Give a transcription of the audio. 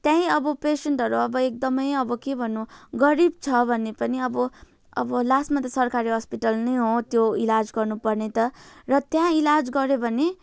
त्यहीँ अब पेसेन्टहरू अब एकदमै अब के भन्नु गरिब छ भने पनि अब अब लास्टमा त सरकारी हस्पिटल नै हो त्यो इलाज गर्नुपर्ने त र त्यहाँ इलाज गर्यो भने